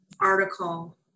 article